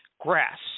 Grass